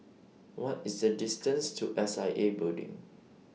What IS The distance to S I A Building